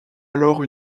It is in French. alors